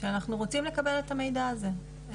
הייתה שהוא רוצה לקבל את המידע הזה.